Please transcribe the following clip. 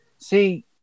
See